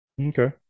Okay